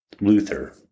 Luther